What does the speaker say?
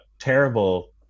terrible